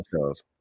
shows